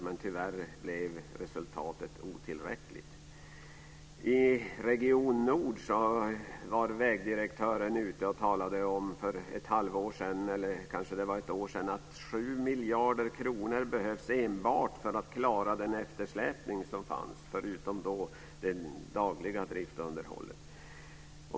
Men tyvärr blev resultatet otillräckligt. I Region Nord talade vägdirektören för ett halvår eller kanske ett år sedan om att 7 miljarder kronor behövdess enbart för att klara den eftersläpning som fanns förutom det dagliga driftunderhållet.